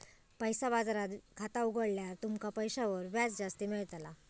पैसा बाजारात खाता उघडल्यार तुमका पैशांवर व्याज जास्ती मेळताला